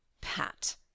Pat